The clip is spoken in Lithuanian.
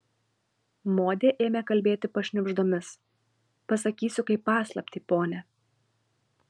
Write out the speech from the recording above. modė ėmė kalbėti pašnibždomis pasakysiu kaip paslaptį pone